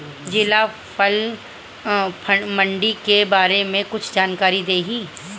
जिला फल मंडी के बारे में कुछ जानकारी देहीं?